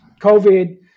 COVID